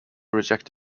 rejected